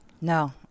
No